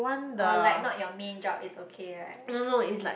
orh like not your main job is okay right